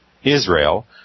Israel